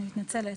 אני מתנצלת,